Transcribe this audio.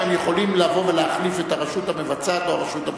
אם הם יכולים להחליף את הרשות המבצעת או את הרשות המחוקקת.